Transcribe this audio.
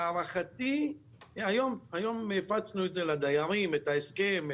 היום הפצנו את זה לדיירם את ההסכם,